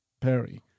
Perry